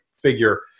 figure